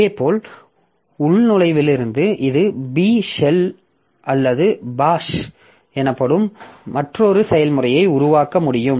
இதேபோல் உள்நுழைவிலிருந்து இது b ஷெல் அல்லது பாஷ் எனப்படும் மற்றொரு செயல்முறையை உருவாக்க முடியும்